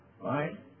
Right